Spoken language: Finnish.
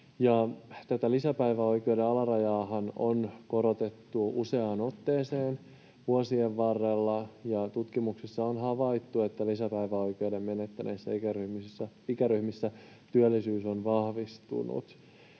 lisäpäiväoikeuden alarajaahan on korotettu useaan otteeseen vuosien varrella, ja tutkimuksissa on havaittu, että lisäpäiväoikeuden menettäneissä ikäryhmissä työllisyys on vahvistunut.